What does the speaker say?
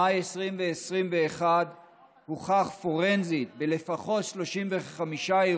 בשנתיים האחרונות נרשמה עלייה של 167% במספר